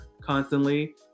constantly